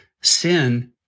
Sin